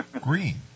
Green